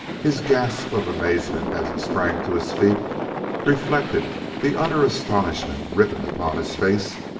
his gasp of amazement as he sprang to his feet reflected the utter astonishment written upon his face,